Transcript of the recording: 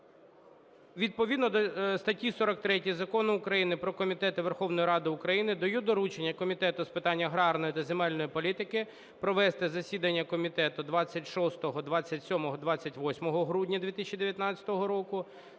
Відповідно до статті 43 Закону України "Про Комітети Верховної Ради України" даю доручення Комітету з питань аграрної та земельної політики провести засідання комітету 26, 27, 28 грудня 2019 року